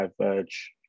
diverge